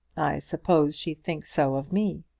i suppose she thinks so of me,